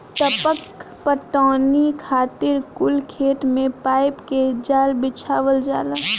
टपक पटौनी खातिर कुल खेत मे पाइप के जाल बिछावल जाला